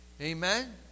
Amen